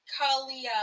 Kalia